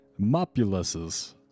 mopuluses